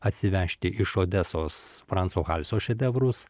atsivežti iš odesos franco halsio šedevrus